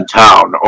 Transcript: town